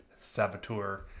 Saboteur